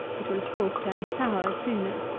it will of course turn sour sooner.